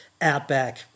outback